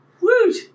Woot